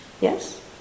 yes